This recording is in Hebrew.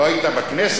לא היית בכנסת?